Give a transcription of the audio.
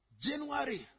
January